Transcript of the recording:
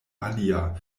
alia